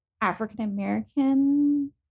African-American